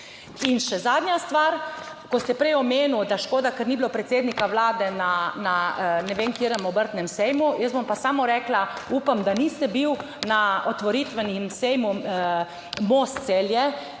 In še zadnja stvar, ko ste prej omenil, da škoda, ker ni bilo predsednika Vlade na ne vem katerem obrtnem sejmu. Jaz bom pa samo rekla, upam da niste bil na otvoritvenem sejmu Most Celje,